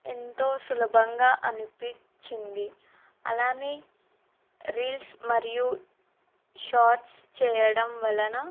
ఎంతో సులభంగా అనిపించింది అలానే రీల్స్ మరియు షార్ట్స్ చేయడం వలన